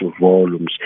volumes